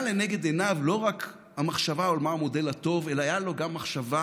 לנגד עיניו לא רק המחשבה על מהו המודל הטוב אלא הייתה לו גם מחשבה